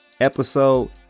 episode